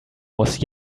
was